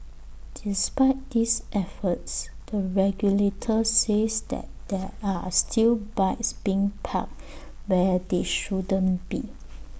despite these efforts the regulator says there there are still bikes being parked where they shouldn't be